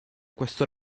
questo